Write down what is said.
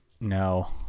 No